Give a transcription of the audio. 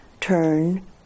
turn